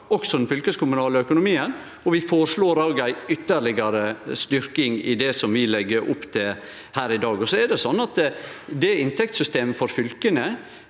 også den fylkeskommunale økonomien. Vi føreslår òg ei ytterlegare styrking i det vi legg opp til her i dag. Inntektssystemet for fylka